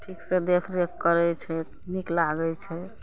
ठीकसऽ देखरेख करै छै नीक लागै छै